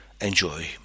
enjoy